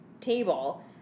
table